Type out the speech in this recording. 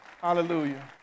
Hallelujah